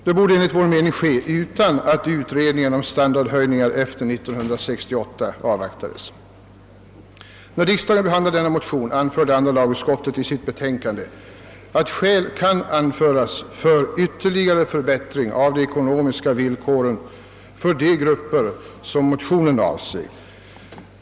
Det borde enligt vår uppfattning ske utan att utredningen om standardhöjning efter 1968 avvaktas. När riksdagen behandlade denna motion anförde andra lagutskottet i sitt betänkande: »Skäl kan anföras för en ytterligare förbättring av de ekonomiska villkoren för de grupper som avses i motion II: 779.